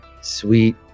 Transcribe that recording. sweet